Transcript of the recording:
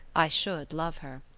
i should love her.